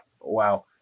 Wow